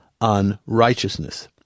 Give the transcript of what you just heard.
unrighteousness